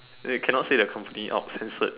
you cannot said the company out censored